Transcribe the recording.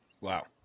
Wow